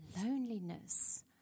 loneliness